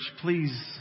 please